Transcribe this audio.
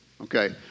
Okay